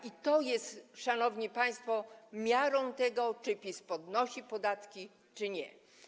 I to jest, szanowni państwo, miarą tego, czy PiS podnosi podatki czy nie.